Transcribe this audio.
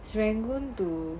serangoon too